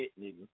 nigga